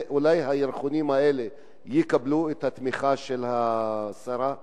ואולי הירחונים האלה יקבלו את התמיכה של השרה?